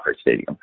Stadium